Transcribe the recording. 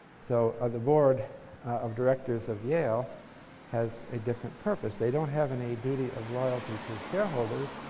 so, the board of directors of yale has a different purpose. they don't have any duty of loyalty to shareholders,